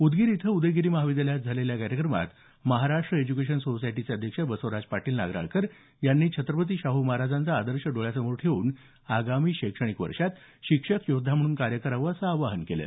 उदगीर इथं उदयगिरी महाविद्यालयात झालेल्या कार्यक्रमात महाराष्ट्र एज्युकेशन सोसायटीचे अध्यक्ष बसवराज पाटील नागराळकर यांनी छत्रपती शाहू महाराजांचा आदर्श डोळ्यासमोर ठेवून येणाऱ्या आगामी शैक्षणिक वर्षात शिक्षक योद्धा म्हणून कार्य करावं असं आवाहन केलं